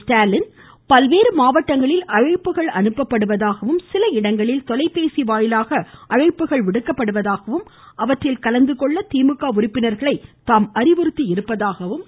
ஸ்டாலின் பல்வேறு மாவட்டங்களில் அழைப்புகள் அனுப்பப்படுவதாகவும் சில இடங்களில் தொலைபேசி வாயிலாக அழைப்புகள் விடுக்கப்படுவதாகவும் அவற்றில் கலந்துகொள்ளுமாறு திமுக உறுப்பினர்களை தான் அறிவுறுத்தியிருப்பதாகவும் குறிப்பிட்டார்